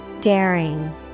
daring